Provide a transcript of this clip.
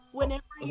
whenever